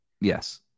Yes